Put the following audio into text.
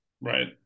Right